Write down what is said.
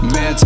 Man